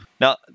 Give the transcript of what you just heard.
now